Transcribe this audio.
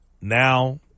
now